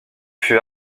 fut